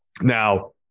Now